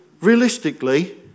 realistically